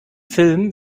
filmen